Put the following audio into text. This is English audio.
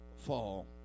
fall